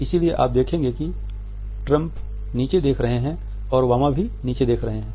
इसलिए आप देखेंगे कि ट्रम्प नीचे देख रहे हैं और ओबामा भी नीचे देख रहे हैं